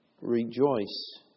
rejoice